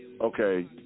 Okay